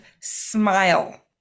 smile